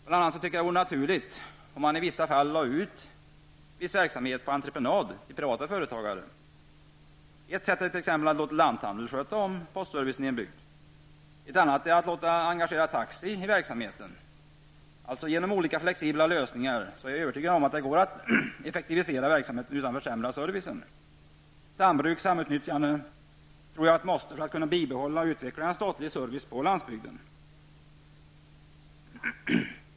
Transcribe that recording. Bl.a. tycker jag att det vore naturligt att i en del fall lägga ut viss verksamhet på entreprenad till privata företagare. Ett sätt är t.ex. att låta lanthandeln sköta om postservicen i en bygd. Ett annat är att engagera taxi i verksamheten. Genom olika flexibla lösningar är jag övertygad om att det går att effektivisera verksamheten utan att försämra servicen. Sambruk och samutnyttjande tror jag är ett måste för att kunna bibehålla och utveckla den statliga servicen på landsbygden.